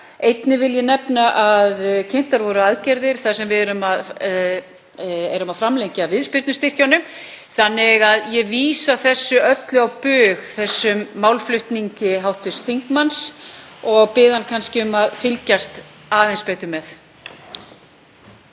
Einnig vil ég nefna að kynntar voru aðgerðir þar sem við erum að framlengja viðspyrnustyrkina þannig að ég vísa á bug málflutningi hv. þingmanns og bið hann kannski um að fylgjast aðeins betur með.